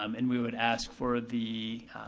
um and we would ask for the